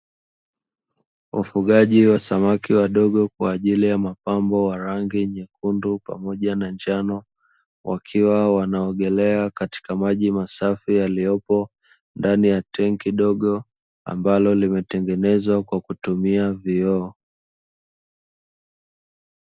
Ufugaji wa samaki wadogo kwa ajili ya mapambo wa rangi nyekundu pamoja na njano, wakiwa wanaogelea katika maji masafi yaliyopo ndani ya tenki dogo, ambalo limetengenezwa kwa kutumia vioo.